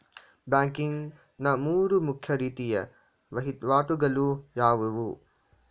Banking ನ ಮೂರು ಮುಖ್ಯ ರೀತಿಯ ವಹಿವಾಟುಗಳು ಯಾವುವು?